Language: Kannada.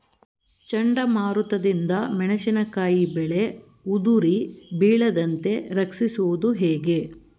ಚಂಡಮಾರುತ ದಿಂದ ಮೆಣಸಿನಕಾಯಿ ಬೆಳೆ ಉದುರಿ ಬೀಳದಂತೆ ರಕ್ಷಿಸುವುದು ಹೇಗೆ?